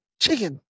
chicken